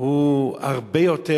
הוא הרבה יותר,